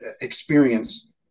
experience